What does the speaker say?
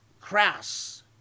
crass